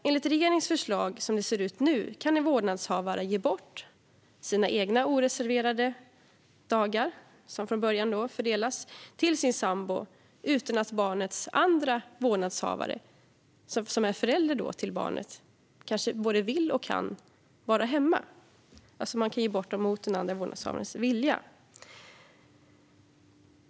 Enligt regeringens förslag som det ser ut nu kan en vårdnadshavare ge bort sina egna oreserverade dagar till sin sambo utan att barnets andra vårdnadshavare, som är förälder till barnet och kanske både vill och kan vara hemma, först erbjudits dessa dagar. Man kan alltså ge bort dessa dagar mot den andra vårdnadshavarens vilja.